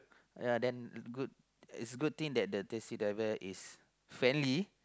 ya then good it's a good thing that the taxi driver is friendly